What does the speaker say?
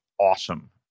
awesome